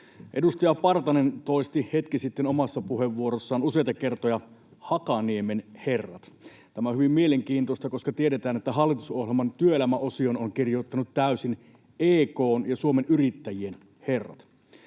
Edustaja Partanen toisti hetki sitten omassa puheenvuorossaan useita kertoja ”Hakaniemen herrat”. Tämä on hyvin mielenkiintoista, koska tiedetään, että hallitusohjelman työelämäosion ovat kirjoittaneet täysin EK:n ja Suomen Yrittäjien herrat.